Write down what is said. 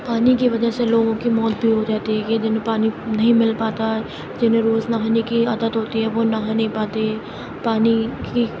پانی کی وجہ سے لوگوں کی موت بھی ہو جاتی ہے کہ جنہیں پانی نہیں مل پاتا ہے جنہیں روز نہانے کی عادت ہوتی ہے وہ نہا نہیں پاتے پانی کی